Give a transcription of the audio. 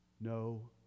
no